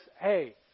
Hey